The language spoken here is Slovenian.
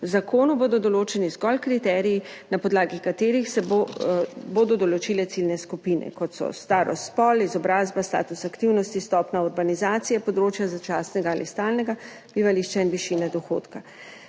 v zakonu bodo določeni zgolj kriteriji, na podlagi katerih se bodo določile ciljne skupine, kot so starost, spol, izobrazba, status aktivnosti, stopnja urbanizacije, področja začasnega ali stalnega bivališča in višine dohodka.